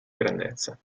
grandezza